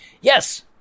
Yes